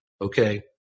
Okay